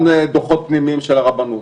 גם דוחות פנימיים של הרבנות,